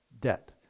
debt